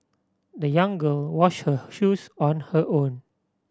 the young girl washed her shoes on her own